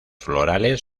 florales